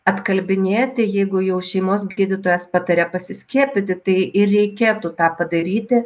atkalbinėti jeigu jau šeimos gydytojas pataria pasiskiepyti tai ir reikėtų tą padaryti